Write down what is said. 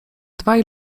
dwaj